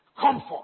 Comfort